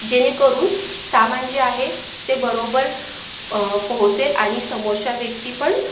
जेणेकरून सामान जे आहे ते बरोबर पोहोचेल आणि समोरश्या व्यक्ती पण